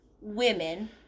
women